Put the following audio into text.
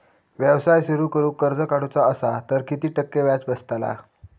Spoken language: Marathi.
व्यवसाय सुरु करूक कर्ज काढूचा असा तर किती टक्के व्याज बसतला?